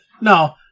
No